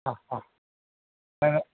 ആ ആ വേറെ